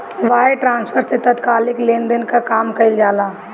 wire transfer से तात्कालिक लेनदेन कअ काम कईल जाला